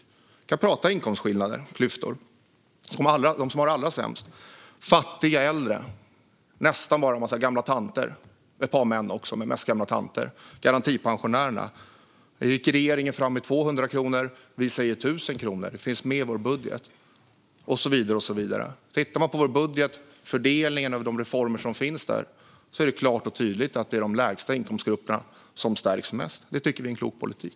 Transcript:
Vi kan tala om inkomstskillnader och klyftor. De som har det allra sämst är fattiga äldre. Det är nästan bara en massa gamla tanter - det är ett par män också, men det är mest gamla tanter. Det är garantipensionärerna. Där gick regeringen fram med 200 kronor. Vi säger i stället 1 000 kronor; det finns med i vår budget. Och så går det vidare. Tittar man på vår budget och på fördelningen av de reformer som finns där ser man klart och tydligt att det är de grupper som har de lägsta inkomsterna som stärks mest. Det tycker vi är en klok politik.